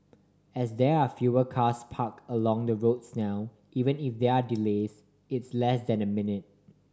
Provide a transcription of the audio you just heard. as there are fewer cars park along the roads now even if there are delays it's less than a minute